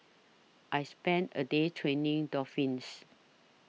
I spent a day training dolphins